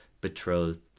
betrothed